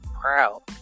proud